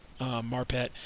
Marpet